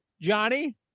Johnny